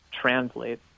translate